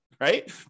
right